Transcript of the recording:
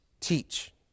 teach